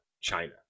china